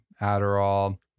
Adderall